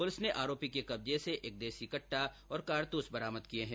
police ने आरोपी के कब्जे से एक देशी कट्टा और कारतूस बरामद किये है